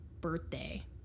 birthday